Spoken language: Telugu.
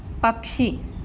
పక్షి